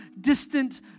distant